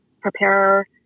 prepare